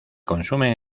consumen